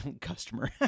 customer